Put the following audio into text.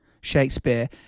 Shakespeare